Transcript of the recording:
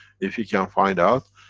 if you can find out,